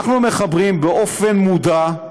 אנחנו מחברים, באופן מודע,